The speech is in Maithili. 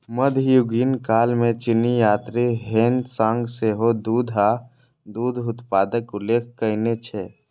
मध्ययुगीन काल मे चीनी यात्री ह्वेन सांग सेहो दूध आ दूध उत्पादक उल्लेख कयने छै